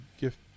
gift